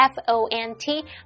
F-O-N-T